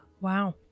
wow